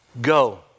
Go